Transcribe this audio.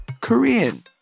Korean